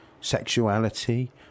sexuality